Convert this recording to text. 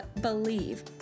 believe